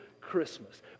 Christmas